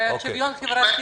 והמשרד לשוויון חברתי